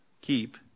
keep